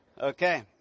Okay